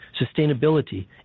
sustainability